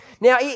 Now